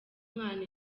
umwana